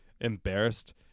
embarrassed